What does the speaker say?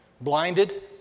blinded